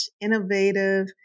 innovative